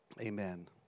Amen